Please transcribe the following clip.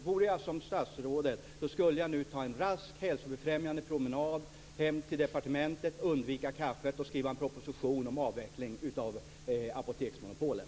Vore jag statsråd skulle jag ta en rask hälsofrämjande promenad hem till departementet, undvika kaffet och skriva en proposition om en avveckling av apoteksmonopolet.